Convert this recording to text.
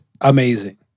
Amazing